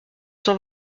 cent